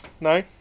No